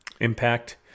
impact